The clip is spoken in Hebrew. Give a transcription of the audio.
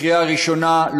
בקריאה ראשונה,